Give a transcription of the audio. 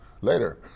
later